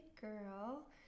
girl